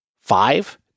five